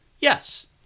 Yes